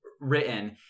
written